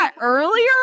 earlier